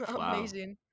amazing